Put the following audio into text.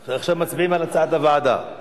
מצביעים על הסעיף כהצעת הוועדה.